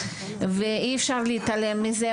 ואי אפשר להתעלם מזה.